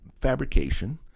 fabrication